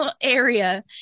area